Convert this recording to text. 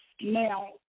Now